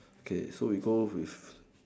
okay so we go with